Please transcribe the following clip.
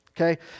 okay